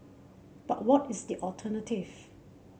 but what is the alternative